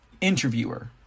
Interviewer